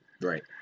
Right